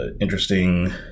interesting